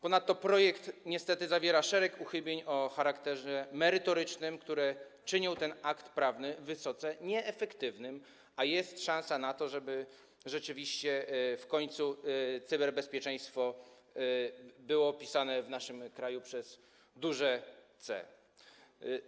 Ponadto projekt niestety zawiera szereg uchybień o charakterze merytorycznym, które czynią ten akt prawny wysoce nieefektywnym, a jest szansa na to, żeby w końcu cyberbezpieczeństwo było pisane w naszym kraju przez duże C.